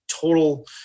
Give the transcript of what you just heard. total